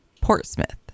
Portsmouth